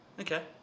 Okay